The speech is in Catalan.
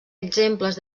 exemples